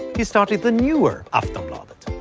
he started the newer aftonbladet.